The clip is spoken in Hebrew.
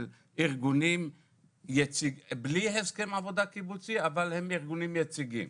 ארגונים בלי הסכם עבודה קיבוצי אבל שהם ארגונים יציגים.